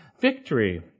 victory